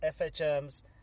FHM's